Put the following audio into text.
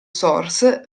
source